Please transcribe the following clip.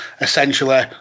essentially